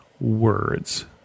words